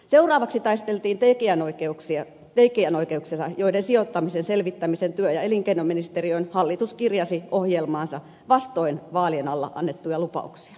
seuraavaksi taisteltiin tekijänoikeuksista joiden sijoittamisen työ ja elinkeinoministeriöön selvittämisen hallitus kirjasi ohjelmaansa vastoin vaalien alla annettuja lupauksia